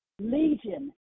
Legion